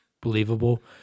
believable